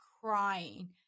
crying